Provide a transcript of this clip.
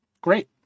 Great